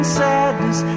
sadness